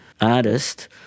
artist